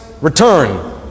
return